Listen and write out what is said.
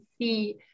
see